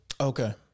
Okay